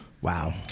Wow